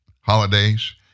holidays